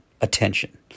attention